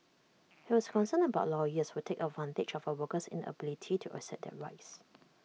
he was concerned about lawyers who take advantage of A worker's inability to assert their rights